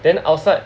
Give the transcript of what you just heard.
then outside